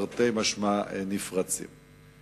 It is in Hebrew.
תרתי משמע, נפרצים.